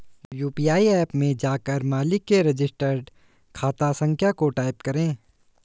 UPI app में जाकर मालिक के रजिस्टर्ड खाता संख्या को टाईप करें